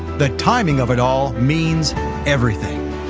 the timing of it all means everything,